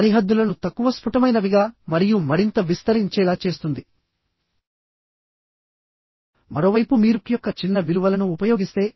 failure అనేది మరొక మార్గం లో కూడా అవ్వవచ్చు కనుక నెట్ ఏరియా ని కనుక్కోవడానికి ముందుగా మనం క్రిటికల్ పాత్ ని కనుక్కోవాలి